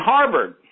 Harvard